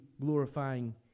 glorifying